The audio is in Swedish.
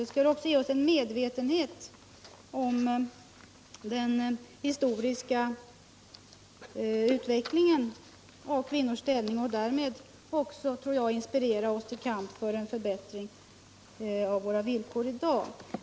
Detta kan ge oss en medvetenhet om den historiska utvecklingen av kvinnans ställning och därmed också, tror jag, inspirera oss till kamp för en förbättring av våra villkor i dag.